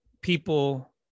people